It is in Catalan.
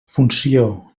funció